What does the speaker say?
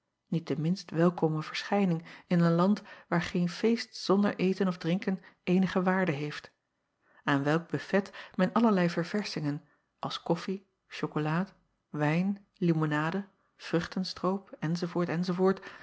niet de minst welkome verschijning in een land waar geen feest zonder eten of drinken eenige waarde heeft aan welk bufet men allerlei ververschingen als koffie chokolaad wijn limonade